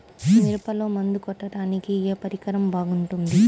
మిరపలో మందు కొట్టాడానికి ఏ పరికరం బాగుంటుంది?